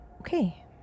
Okay